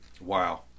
Wow